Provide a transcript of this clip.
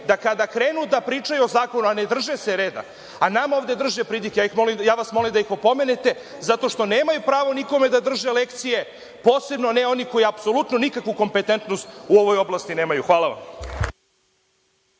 da kada krenu da pričaju o zakonu, a ne drže se reda, a nama ovde drže pridike, ja vas molim da ih opomenete zato što nemaju pravo nikome da drže lekcije, posebno ne oni koji apsolutno nikakvu kompetentnost u ovoj oblasti nemaju. Hvala vam.